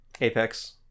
Apex